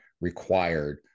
required